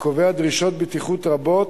הקובע דרישות בטיחות רבות,